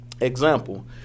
Example